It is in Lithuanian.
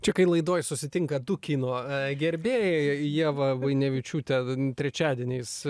čia kai laidoj susitinka du kino gerbėjai ieva buinevičiūtė trečiadieniais